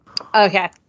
Okay